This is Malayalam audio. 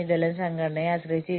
ഇത് ഞാൻ അഭിസംബോധന ചെയ്തിട്ടില്ല